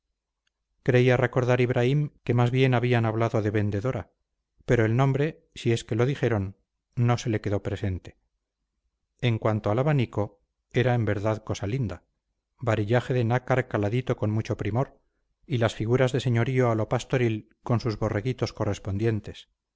creía recordar ibraim que más bien habían hablado de vendedora pero el nombre si es que lo dijeron no se le quedó presente en cuanto al abanico era en verdad cosa linda varillaje de nácar caladito con mucho primor y las figuras de señorío a lo pastoril con sus borreguitos correspondientes